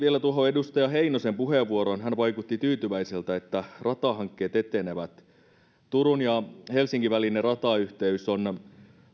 vielä tuohon edustaja heinosen puheenvuoroon hän vaikutti tyytyväiseltä siihen että ratahankkeet etenevät turun ja helsingin välinen ratayhteys on